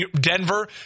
Denver